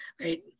right